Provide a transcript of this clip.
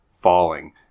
falling